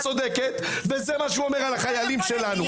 את צודקת, וזה מה שהוא אומר על החיילים שלנו.